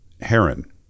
Heron